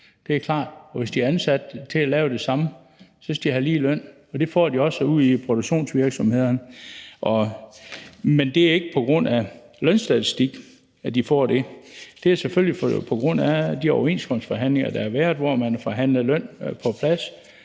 det er klart. Og hvis de er ansat til at lave det samme, skal de have lige løn, og det får de også ude i produktionsvirksomhederne, men det er ikke på grund af lønstatistik, at de får det, det er selvfølgelig på grund af de overenskomstforhandlinger, der har været, hvor man har forhandlet løn på plads,